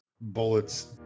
bullets